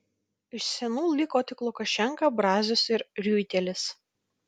iš senų liko tik lukašenka brazius ir riuitelis